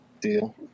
deal